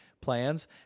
plans